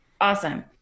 Awesome